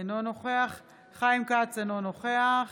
אינו נוכח חיים כץ, אינו נוכח